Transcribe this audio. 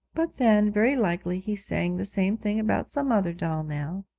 but then, very likely he's saying the same thing about some other doll now